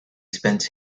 spends